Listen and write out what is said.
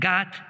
God